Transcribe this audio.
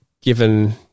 given